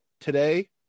Today